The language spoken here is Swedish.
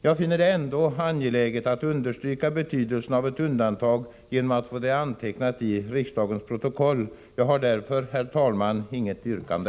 Jag finner det ändå angeläget att understryka betydelsen av ett undantag genom att få det antecknat i riksdagens protokoll. Jag har, herr talman, inget yrkande.